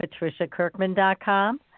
patriciakirkman.com